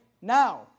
now